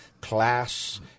class